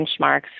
benchmarks